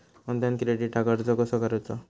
Online क्रेडिटाक अर्ज कसा करुचा?